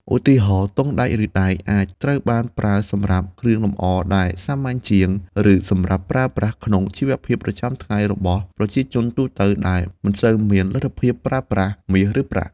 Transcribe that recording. ឧទាហរណ៍ ទង់ដែង ឬ ដែក អាចត្រូវបានប្រើសម្រាប់គ្រឿងលម្អដែលសាមញ្ញជាង ឬសម្រាប់ប្រើប្រាស់ក្នុងជីវភាពប្រចាំថ្ងៃរបស់ប្រជាជនទូទៅដែលមិនសូវមានលទ្ធភាពប្រើប្រាស់មាស ឬប្រាក់។